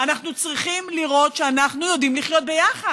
אנחנו צריכים לראות שאנחנו יודעים לחיות ביחד.